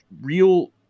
real